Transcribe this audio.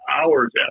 hours